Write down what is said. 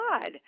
God